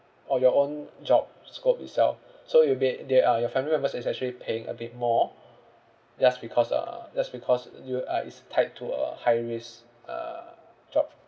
on your own job scope itself so you be~ they are your family members is actually paying a bit more just because uh just because you uh is tied to a high risk uh job